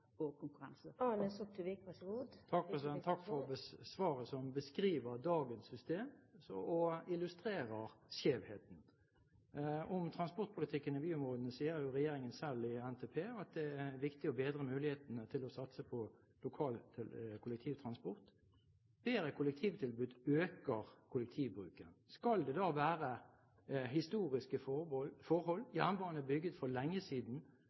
for svaret, som beskriver dagens system og illustrerer skjevheten. Om transportpolitikken i byområdene sier jo regjeringen selv i NTP at det er viktig å bedre mulighetene for å satse på lokal kollektivtransport. Et bedre kollektivtilbud øker kollektivbruken. Skal det da være historiske forhold – jernbane bygd for lenge siden